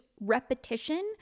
repetition